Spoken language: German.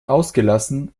ausgelassen